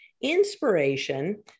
inspiration